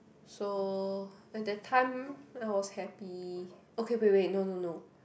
so at that time I was happy okay wait wait wait no no no